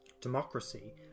democracy